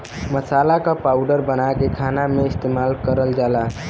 मसाला क पाउडर बनाके खाना में इस्तेमाल करल जाला